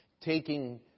taking